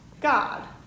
God